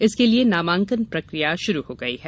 इसके लिए नामांकन प्रकिया षुरू हो गई है